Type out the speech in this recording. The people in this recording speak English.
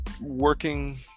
working